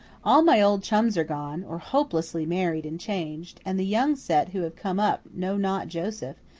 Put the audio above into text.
all my old chums are gone, or hopelessly married and changed, and the young set who have come up know not joseph,